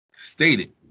stated